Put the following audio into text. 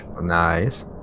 Nice